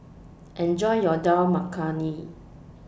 Enjoy your Dal Makhani